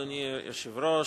אדוני היושב-ראש,